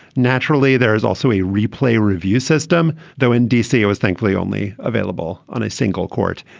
naturally, there is also a replay review system though in dc it was thankfully only available on a single court.